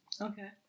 Okay